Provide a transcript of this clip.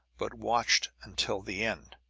but watched until the end.